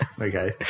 Okay